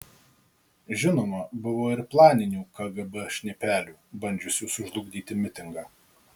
žinoma buvo ir planinių kgb šnipelių bandžiusių sužlugdyti mitingą